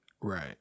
right